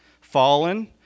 fallen